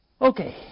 Okay